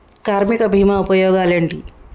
కార్మిక బీమా ఉపయోగాలేంటి?